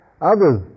Others